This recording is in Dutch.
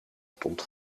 stond